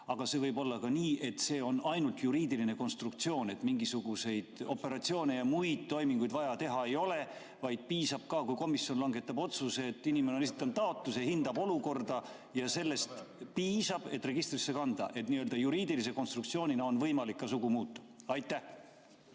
aga see võib olla ka nii, et see on ainult juriidiline konstruktsioon, et mingisuguseid operatsioone ja muid toiminguid vaja teha ei ole, vaid komisjon on langetanud otsuse, inimene on esitanud taotluse, hinnatakse olukorda ja sellest piisab, et registrisse kanda? Ehk kas juriidilise konstruktsioonina on ka võimalik sugu muuta?